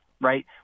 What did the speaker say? right